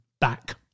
back